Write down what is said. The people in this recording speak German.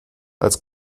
als